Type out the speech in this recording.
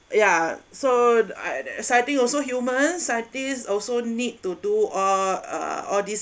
yeah so ah that scientists also human scientists also need to do all uh all this